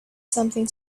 something